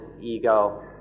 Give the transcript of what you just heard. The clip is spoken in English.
ego